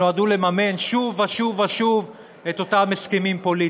שנועדו לממן שוב ושוב ושוב את אותם הסכמים פוליטיים.